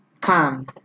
Come